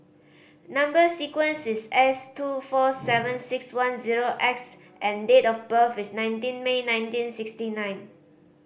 number sequence is S two four seven six one zero X and date of birth is nineteen May nineteen sixty nine